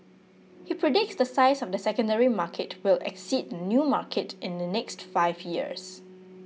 he predicts the size of the secondary market will exceed the new market in the next five years